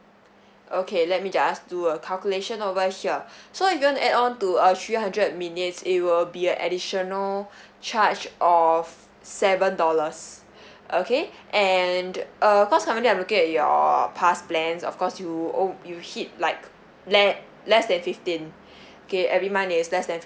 okay let me just do a calculation over here so if you want to add on to a three hundred minutes it will be a additional charge of seven dollars okay and uh because currently I'm look at your past plans of course you o~ you hit like le~ less than fifteen okay every month is less than